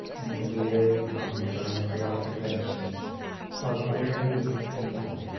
and the weary, humdrum preoccupations of very weak people,